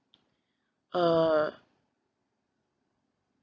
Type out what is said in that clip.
uh